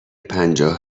پنجاه